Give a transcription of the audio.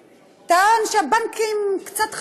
טען, שהבנקים קצת חזירים.